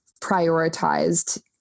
prioritized